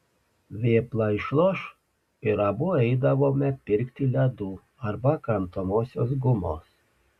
vėpla išloš ir abu eidavome pirkti ledų arba kramtomosios gumos